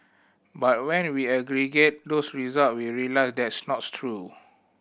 but when we aggregate those result we realise that's not true